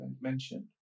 mentioned